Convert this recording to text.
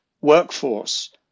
workforce